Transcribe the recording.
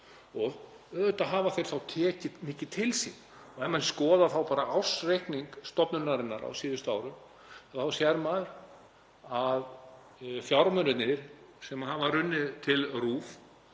og auðvitað hafa þeir tekið mikið til sín. Ef menn skoða bara ársreikning stofnunarinnar á síðustu árum þá sést að fjármunirnir sem hafa runnið til RÚV